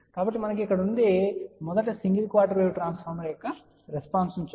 కాబట్టి మనకు ఇక్కడ ఉన్నది మొదట సింగిల్ క్వార్టర్ వేవ్ ట్రాన్స్ఫార్మర్ యొక్క రెస్పాన్స్ ను చూద్దాం